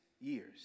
years